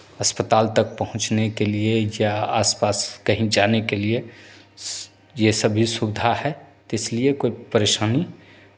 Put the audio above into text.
अस्पताल तक पहुँचने के लिए या आसपास कहीं जाने के लिए ये सब भी सुविधा है इसलिए कोइ परेशानी